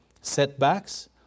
setbacks